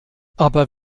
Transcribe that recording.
aber